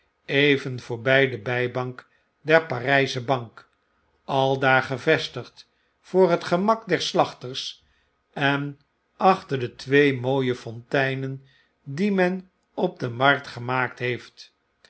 even voorbij de bjjbank der parpche bank aldaar gevestigd voor het gemak der slachters en achter de twee mooie fonteinen die men op de markt gemaakt heeft